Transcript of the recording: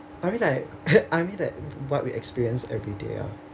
I mean like I mean like what we experience everyday ah